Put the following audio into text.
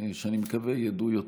ואני מקווה שידעו,